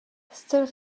still